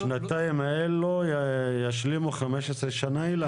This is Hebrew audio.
השנתיים האלה ישלימו 15 שנה, אילן?